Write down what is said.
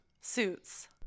Suits